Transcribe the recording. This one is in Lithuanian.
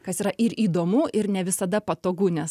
kas yra ir įdomu ir ne visada patogu nes